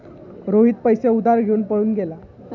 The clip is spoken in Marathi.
रोहित पैसे उधार घेऊन पळून गेला